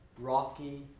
rocky